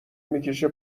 میکشه